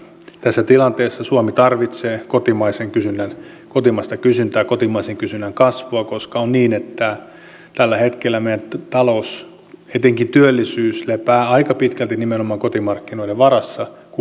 tässä tilanteessa suomi tarvitsee kotimaista kysyntää kotimaisen kysynnän kasvua koska on niin että tällä hetkellä meidän taloutemme etenkin työllisyys lepää aika pitkälle nimenomaan kotimarkkinoiden varassa kun vienti ei vedä